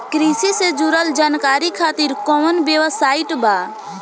कृषि से जुड़ल जानकारी खातिर कोवन वेबसाइट बा?